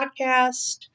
podcast